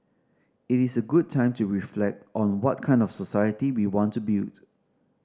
it is a good time to reflect on what kind of society we want to build